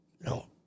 No